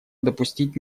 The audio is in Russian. допустить